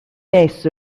esso